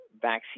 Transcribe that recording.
vaccine